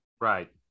right